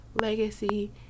legacy